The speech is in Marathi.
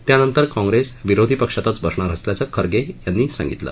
त्यानंतर काँग्रेस विरोधी पक्षातच बसणार असल्याचं खरगे यांनी सांगितलं